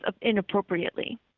inappropriately